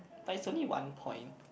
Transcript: but it's only one point